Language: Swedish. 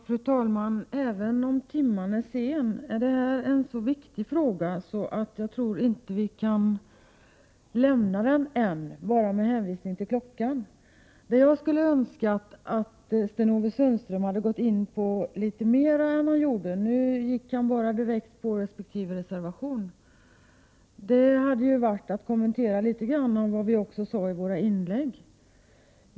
Fru talman! Även om timman är sen, är det här en så viktig fråga att jag inte tror att vi kan lämna den än bara med hänvisning till klockan. Jag önskar att Sten-Ove Sundström litet mer än han gjorde — nu gick han bara direkt på resp. reservation — hade litet grand kommenterat också vad vi sade i våra inlägg.